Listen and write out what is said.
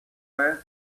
fire